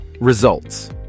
results